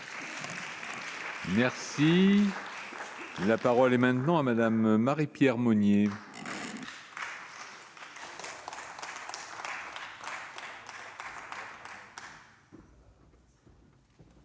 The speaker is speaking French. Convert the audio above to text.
de loi. La parole est maintenant à Madame Marie-Pierre Monier.